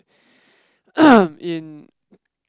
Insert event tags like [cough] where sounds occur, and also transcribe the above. [breath] [coughs] in